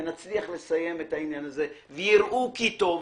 ונצליח לסיים את העניין הזה ויראו כי טוב,